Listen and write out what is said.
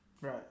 right